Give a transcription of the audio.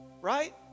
right